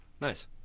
Nice